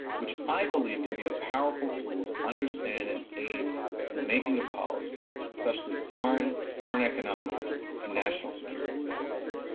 which i believe can be a powerful tool to understand and aid in the making of policy, especially foreign foreign economic and national security policy.